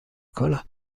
کنم